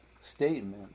statement